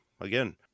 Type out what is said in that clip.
again